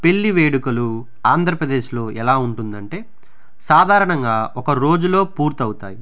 పెళ్లి వేడుకలు ఆంధ్రప్రదేశ్లో ఎలా ఉంటుంది అంటే సాధారణంగా ఒక రోజులో పూర్తి అవుతాయి